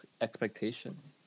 expectations